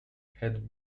had